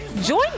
join